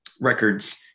records